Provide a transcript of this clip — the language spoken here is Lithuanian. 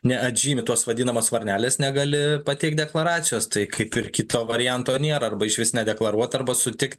neatžymi tos vadinamos varnelės negali pateikt deklaracijos tai kaip ir kito varianto nėra arba išvis nedeklaruota arba sutikt